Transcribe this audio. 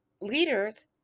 leaders